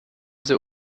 sehr